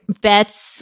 bets